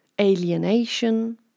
Alienation